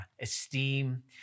esteem